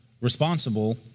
responsible